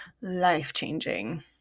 life-changing